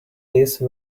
these